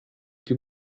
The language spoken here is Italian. più